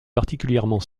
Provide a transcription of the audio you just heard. particulièrement